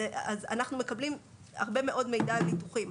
אנחנו מקבלים הרבה מאוד מידע על ניתוחים.